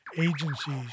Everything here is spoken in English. agencies